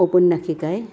উপন্যাসিকাই